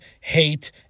hate